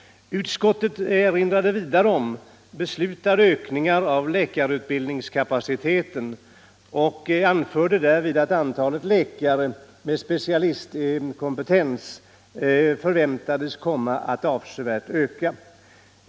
Utskottet erinrade vidare om beslutad ökning av läkarutbildningskapaciteten och anförde att antalet läkare med specialistkompetens förväntades komma att avsevärt öka.